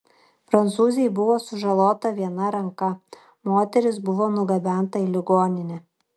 prancūzei buvo sužalota viena ranka moteris buvo nugabenta į ligoninę